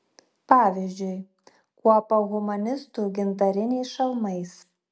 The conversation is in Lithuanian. pavyzdžiui kuopą humanistų gintariniais šalmais